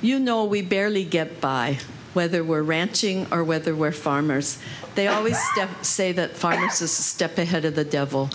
you know we barely get by whether were ranching or whether we're farmers they always say that fighting is a step ahead of the devil